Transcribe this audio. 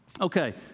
okay